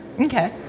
Okay